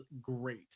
great